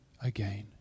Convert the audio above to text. again